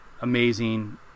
amazing